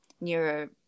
neuro